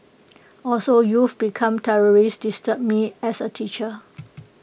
also youth become terrorists disturb me as A teacher